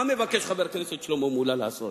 מה מבקש חבר הכנסת שלמה מולה לעשות,